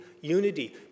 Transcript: unity